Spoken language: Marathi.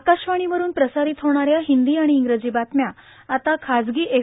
आकाशवाणीवरून प्रसारित होणाऱ्या हिंदी आणि इंग्रजी बातम्या आता खाजगी एफ